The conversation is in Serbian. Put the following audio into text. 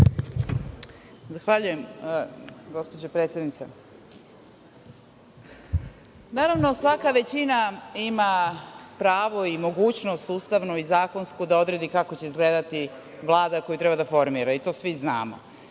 Zahvaljujem, gospođo predsednice. Naravno, svaka većina ima pravo i mogućnost ustavnu i zakonsku da odredi kako će izgledati vlada koju treba da formira i to svi znamo.